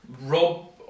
Rob